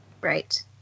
Right